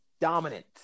dominant